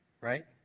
right